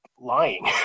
lying